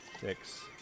six